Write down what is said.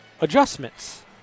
adjustments